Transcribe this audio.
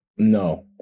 No